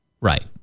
Right